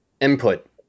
input